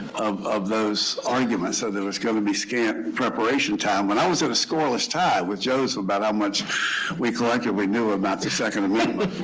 of of those arguments, so there was going to be scant preparation time when i was in a scoreless tie with joseph about how much we collectively knew about the second amendment.